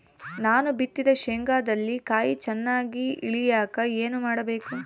ನಾನು ಬಿತ್ತಿದ ಶೇಂಗಾದಲ್ಲಿ ಕಾಯಿ ಚನ್ನಾಗಿ ಇಳಿಯಕ ಏನು ಮಾಡಬೇಕು?